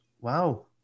wow